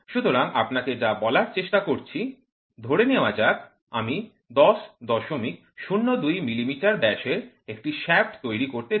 সুতরাং আপনাকে যা বলার চেষ্টা করছি ধরে নেওয়া যাক আমি ১০০২ মিলিমিটার ব্যাসের একটি শ্যাফ্ট তৈরি করতে চাই